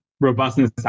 robustness